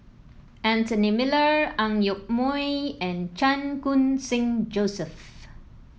Anthony Miller Ang Yoke Mooi and Chan Khun Sing Joseph